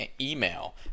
email